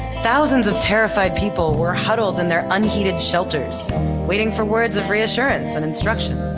thousands of terrified people were huddled in their unheated shelters waiting for words of reassurance and instruction.